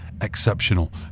exceptional